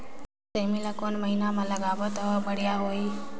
सेमी ला कोन महीना मा लगाबो ता ओहार बढ़िया होही?